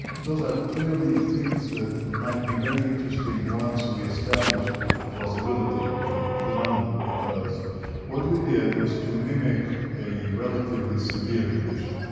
those are clearly things that might be very interesting once we establish the plausibility of the phenomenon because what we did was to mimic a relatively severe condition,